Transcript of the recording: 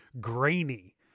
grainy